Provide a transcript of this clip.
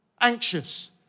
anxious